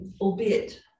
albeit